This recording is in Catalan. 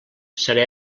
seré